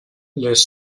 les